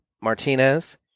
Martinez